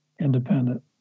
independent